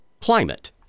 Climate